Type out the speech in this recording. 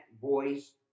voice